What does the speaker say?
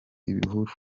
ibihuru